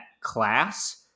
class